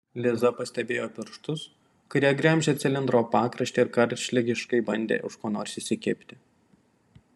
liza pastebėjo pirštus kurie gremžė cilindro pakraštį ir karštligiškai bandė už ko nors įsikibti